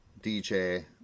DJ